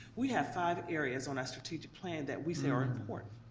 we have five areas on our strategic plan that we say are important,